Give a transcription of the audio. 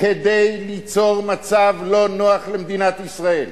כדי ליצור מצב לא נוח למדינת ישראל.